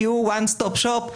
תהיו one stop shop,